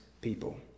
people